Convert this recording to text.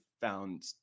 found